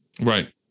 Right